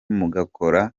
mugakora